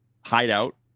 hideout